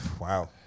wow